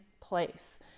place